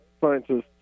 scientists